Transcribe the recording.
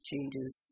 changes